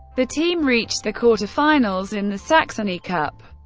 the team reached the quarterfinals in the saxony cup,